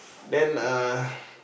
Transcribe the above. then uh